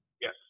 Yes